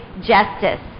justice